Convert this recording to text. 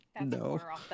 No